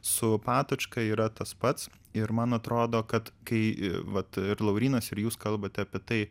su patočka yra tas pats ir man atrodo kad kai vat ir laurynas ir jūs kalbate apie tai